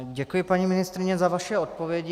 Děkuji, paní ministryně, za vaše odpovědi.